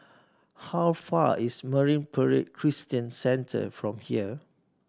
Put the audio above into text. how far is Marine Parade Christian Centre from here